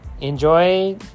enjoy